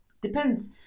depends